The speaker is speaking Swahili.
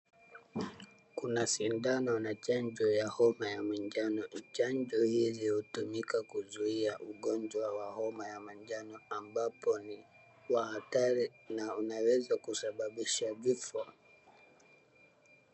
Kuna sindano na chanjo ya homa ya manjano, chanjo hizi hutumika kuzuia ugonjwa wa homa ya manjano ambapo ni wa hatari na unaweza kusababisha vifo.